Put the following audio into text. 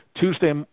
Tuesday